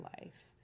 life